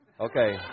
Okay